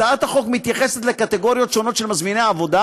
הצעת החוק מתייחסת לקטגוריות שונות של מזמיני עבודה,